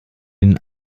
den